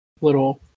little